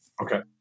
Okay